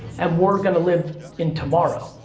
and we're gonna live in tomorrow.